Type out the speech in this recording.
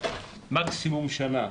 מקסימום שנה,